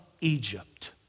Egypt